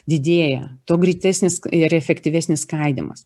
didėja tuo greitesnis ir efektyvesnis skaidymas